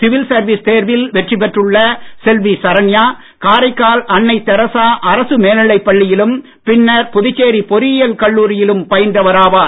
civil service தேர்வில் வெற்றி பெற்றுள்ள செல்வி சரண்யா காரைக்கால் அன்னை தெரசா அரசு மேல்நிலைப் பள்ளியிலும் பின்னர் புதுச்சேரி பொறியியல் கல்லூரியிலும் பயின்றவர் ஆவார்